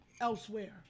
elsewhere